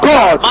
God